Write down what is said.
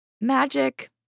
Magic